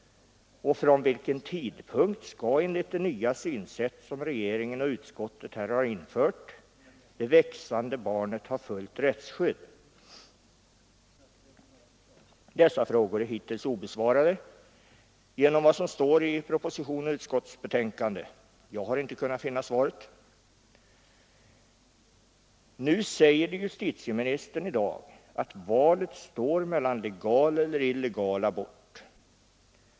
Från vilken tidpunkt skall enligt det nya synsätt som regeringen och utskottet här har infört det växande barnet ha fullt rättsskydd? Dessa frågor är hittills obesvarade genom vad som står i proposition och utskottsbetänkande. Jag har inte kunnat finna svaren. Nu säger justitieministern i dag att valet står mellan legal och illegal abort.